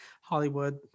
Hollywood